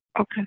Okay